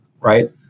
right